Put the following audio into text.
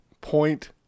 Point